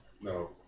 No